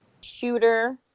Shooter